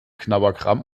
knabberkram